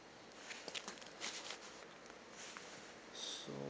so